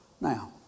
Now